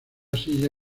silla